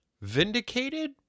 vindicated